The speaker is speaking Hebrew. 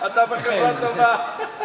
אתה בחברה טובה.